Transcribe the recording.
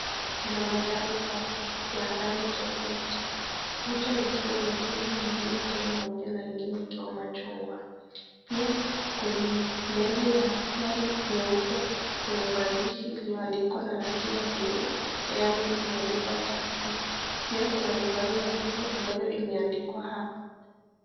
Kuna magari tatu ya rangi tofauti. Moja ikiwa nyekundu, ingine ikiwa nyeupe na ingine ikiwa machungwa. Pia kwenye mbele ya gari nyeupe kuna maandishi iliyoandikwa na rangi ya buluu yaani imeandikwa(cs) Taxi (cs).Pia Kuna nambari ya simu ambayo imeandikwa hapo.